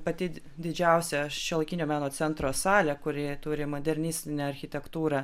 pati didžiausia šiuolaikinio meno centro salė kuri turi modernistinę architektūrą